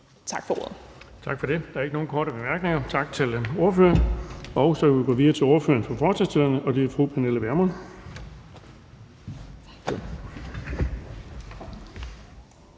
fg. formand (Erling Bonnesen): Der er ikke nogen korte bemærkninger. Tak til ordføreren. Så kan vi gå videre til ordføreren for forslagsstillerne, og det er fru Pernille Vermund,